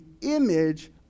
image